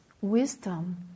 wisdom